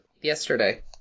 yesterday